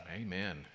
Amen